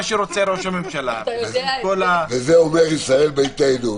ואת זה אומר ישראל ביתנו.